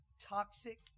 toxic